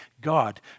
God